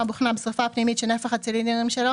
בוכנה עם שריפה פנימית שנפח הצילינדרים שלו